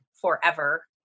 forever